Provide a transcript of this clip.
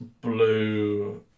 blue